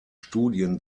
studien